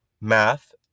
math